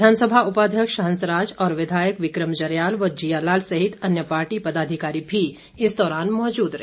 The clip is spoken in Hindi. विधानसभा उपाध्यक्ष हंसराज और विधायक विक्रम जरयाल व जियालाल सहित अन्य पार्टी पदाधिकारी भी इस दौरान मौजूद रहे